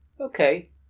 Okay